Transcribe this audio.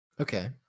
Okay